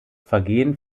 vergehen